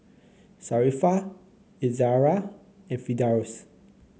Sharifah Izzara and Firdaus